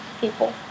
people